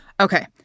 Okay